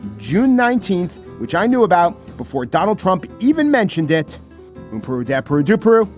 june nineteenth, which i knew about before donald trump even mentioned debt improve. adepero dupere.